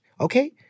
Okay